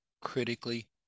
critically